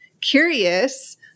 curious